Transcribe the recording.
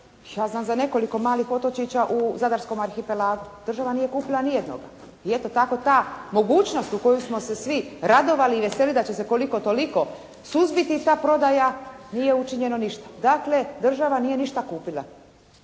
ja znam za nekoliko malih otočića u zadarskom arhipelagu. Država nije kupila ni jednoga i eto tako ta mogućnost u koju smo se svi radovali i veselili da će se koliko-toliko suzbiti ta prodaja, nije učinjeno ništa. Dakle, država nije ništa kupila.